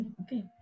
Okay